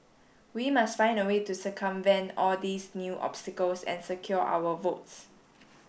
we must find a way to circumvent all these new obstacles and secure our votes